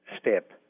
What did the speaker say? step